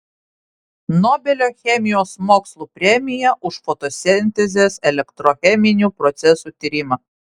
nobelio chemijos mokslų premija už fotosintezės elektrocheminių procesų tyrimą